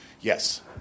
Yes